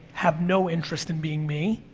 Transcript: have no interest in being me,